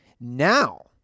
Now